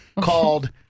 called